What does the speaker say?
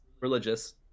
religious